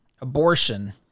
abortion